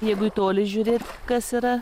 jeigu į tolį žiūrėt kas yra